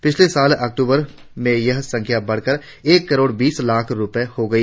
पिछले साल अक्टुबर में यह संख्या बढ़कर एक करोड़ बीस लाख हो गई